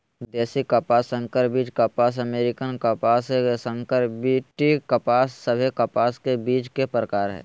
देशी कपास, संकर बीज कपास, अमेरिकन कपास, संकर बी.टी कपास सभे कपास के बीज के प्रकार हय